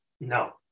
No